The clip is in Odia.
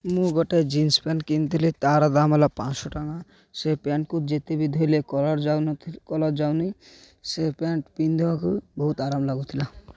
ମୁଁ ଗୋଟେ ଜିନ୍ସ୍ ପ୍ୟାଣ୍ଟ୍ କିଣିଥିଲି ତା'ର ଦାମ ହେଲା ପାଞ୍ଚଶହ ଟଙ୍କା ସେ ପ୍ୟାଣ୍ଟକୁ ଯେତେ ବି ଧୋଇଲେ କଲର୍ ଯାଉନଥିଲା କଲର୍ ଯାଉନି ସେ ପ୍ୟାଣ୍ଟ ପିନ୍ଧିବାକୁ ବହୁତ ଆରାମ ଲାଗୁଥିଲା